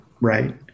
right